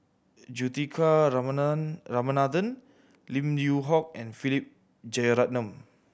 Juthika Ramanathan Lim Yew Hock and Philip Jeyaretnam